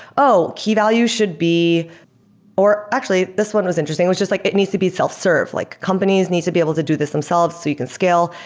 oh! key values should be actually, this one was interesting, which is like it needs to be self-served. like companies needs to be able to do this themselves so you can scale.